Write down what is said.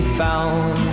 found